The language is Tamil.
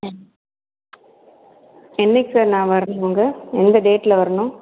ம் என்னைக்கு சார் நான் வரணும் அங்கே எந்த டேட்டில் வரணும்